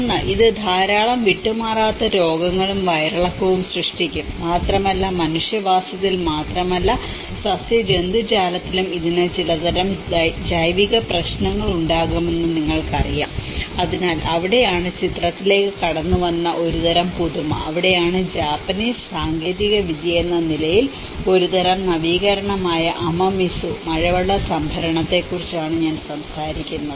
ഒന്ന് ഇത് ധാരാളം വിട്ടുമാറാത്ത രോഗങ്ങളും വയറിളക്കവും സൃഷ്ടിക്കും മാത്രമല്ല മനുഷ്യവാസത്തിൽ മാത്രമല്ല സസ്യജന്തുജാലങ്ങളിലും ഇതിന് ചിലതരം ജൈവിക പ്രശ്നങ്ങൾ ഉണ്ടാകാമെന്ന് നിങ്ങൾക്കറിയാം അതിനാൽ അവിടെയാണ് ചിത്രത്തിലേക്ക് കടന്നുവന്ന ഒരു തരം പുതുമ അവിടെയാണ് ജാപ്പനീസ് സാങ്കേതികവിദ്യയെന്ന നിലയിൽ ഒരുതരം നവീകരണമായ അമമിസു മഴവെള്ള സംഭരണത്തെക്കുറിച്ചാണ് സംസാരിക്കുന്നത്